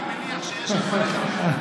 אני מניח שיש על מה לדבר.